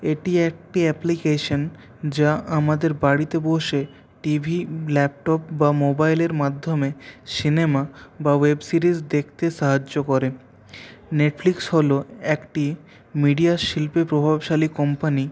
এটি একটি অ্যাপ্লিকেশন যা আমাদের বাড়িতে বসে টিভি ল্যাপটপ বা মোবাইলের মাধ্যমে সিনেমা বা ওয়েব সিরিজ দেখতে সাহায্য করে নেটফ্লিক্স হলো একটি মিডিয়া শিল্পে প্রভাবশালী কোম্পানি